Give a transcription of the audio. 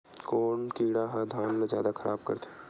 कोन कीड़ा ह धान ल जादा खराब करथे?